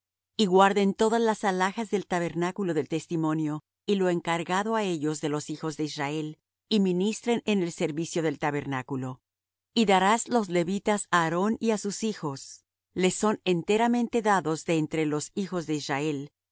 y guarden todas las alhajas del tabernáculo del testimonio y lo encargado á ellos de los hijos de israel y ministren en el servicio del tabernáculo y darás los levitas á aarón y á sus hijos le son enteramente dados de entre los hijos de israel